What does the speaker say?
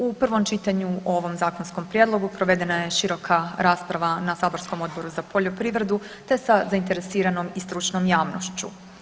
U prvom čitanju o ovom zakonskom prijedlogu, provedena je široka rasprava na saborskom Odboru za poljoprivredu te sa zainteresiranom i stručnom javnošću.